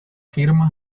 firma